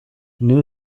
new